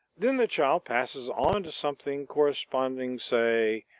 then the child passes on to something corresponding, say,